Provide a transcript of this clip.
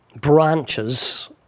branches